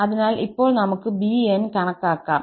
അതിനാൽ ഇപ്പോൾ നമുക് 𝑏𝑛 കണക്കാക്കാം